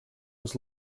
was